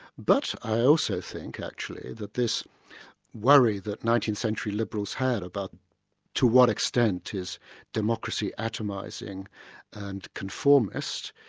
but i also think actually that this worry that nineteenth century liberals had about to what extent is democracy atomising and conformist,